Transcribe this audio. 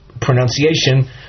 pronunciation